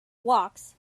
walks